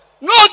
No